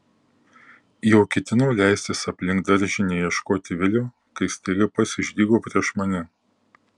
jau ketinau leistis aplink daržinę ieškoti vilio kai staiga pats išdygo prieš mane